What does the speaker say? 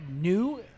new